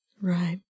Right